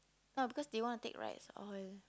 no because they want to take rides all